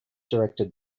directed